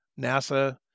NASA